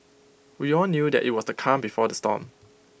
we all knew that IT was the calm before the storm